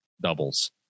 doubles